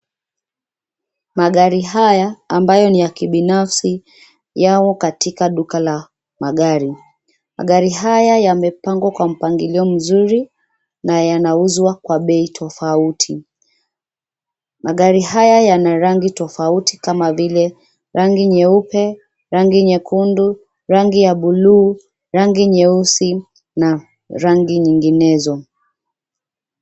Magari haya ambayo ni ya kibinafsi yamo katika duka la magari. Magari haya yamepangwa kwa mpangilio mzuri na yanauzwa kwa bei tofauti. Magari haya yana rangi tofauti kama vile, rangi nyeupe, rangi nyekundu, rangi ya bluu, rangi nyeusi na rangi nyinginezo.